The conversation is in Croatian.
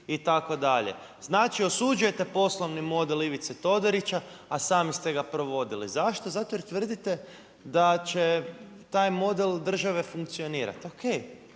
itd.. Znači osuđujete poslovni model Ivice Todorića a sami ste ga provodili. Zašto? Zato jer tvrdite da će taj model države funkcionirati.